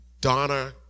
Donna